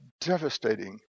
devastating